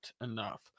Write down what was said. enough